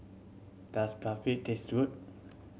does Barfi taste good